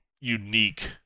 unique